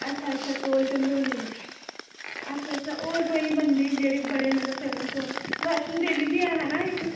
अच्छा अच्छा कोल कंडोली अच्छा अच्छा होर कोई मंदर जेह्ड़े बड़े मतलब फेमस होन वैश्णों देवी बी ऐ हा ना इक